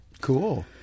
Cool